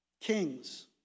Kings